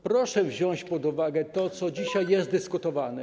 Proszę wziąć pod uwagę to, co dzisiaj jest dyskutowane.